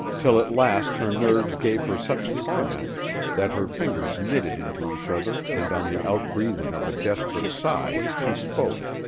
till at last her nerves gave her such torment that her fingers knitted into each other and on the outbreathing of a desperate sigh she spoke.